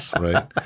right